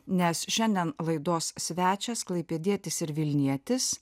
nes šiandien laidos svečias klaipėdietis ir vilnietis